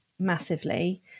massively